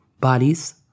bodies